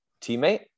teammate